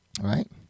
right